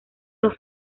los